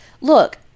look